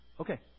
Okay